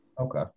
Okay